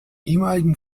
ehemaligen